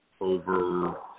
over